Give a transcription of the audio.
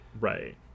right